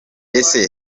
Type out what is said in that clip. ese